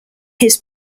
his